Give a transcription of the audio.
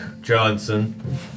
Johnson